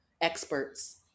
experts